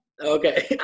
Okay